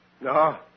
No